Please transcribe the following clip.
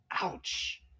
Ouch